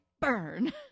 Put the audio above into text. burn